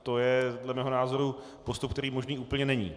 To je dle mého názoru postup, který možný úplně není.